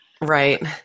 Right